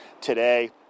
today